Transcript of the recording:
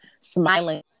smiling